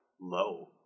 low